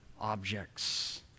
objects